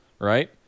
right